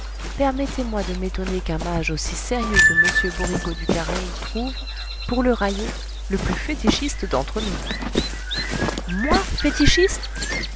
permettez-moi de m'étonner qu'un mage aussi sérieux que m borigo du careï trouve pour le railler le plus fétichiste d'entre nous moi fétichiste